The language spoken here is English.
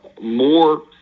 more